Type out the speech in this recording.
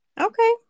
Okay